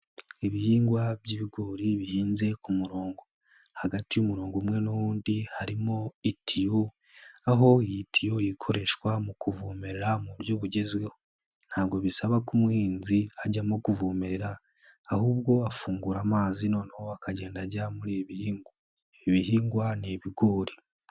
Ibihingwa by'ibigori bihinze ku murongo hagati y'umurongo umwe n'uwundi harimo itiyo, aho iyi tiyo ikoreshwa mu kuvomerera mu buryo bugezweho, ntabwo bisaba ko umuhinzi ajyamo kuvomere ahubwo afungura amazi noneho akagenda ajya muri ibi bihingwa. Ibi bihingwa ni ibigori.